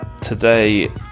today